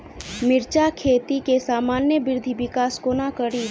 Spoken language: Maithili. मिर्चा खेती केँ सामान्य वृद्धि विकास कोना करि?